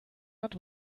hat